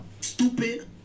stupid